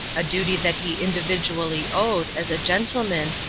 a duty that he individually owed, as a gentleman,